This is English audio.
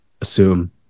assume